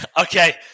Okay